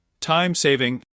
Time-saving